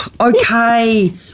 Okay